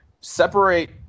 separate